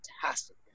fantastic